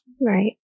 right